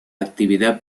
actividad